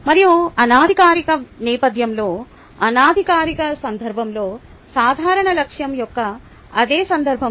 మరియు అనధికారిక నేపధ్యంలో అనధికారిక సందర్భంలో సాధారణ లక్ష్యం యొక్క అదే సందర్భంలో